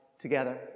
Together